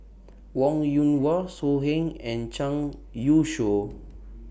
Wong Yoon Wah So Heng and Zhang Youshuo